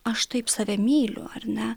aš taip save myliu ar ne